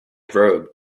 robe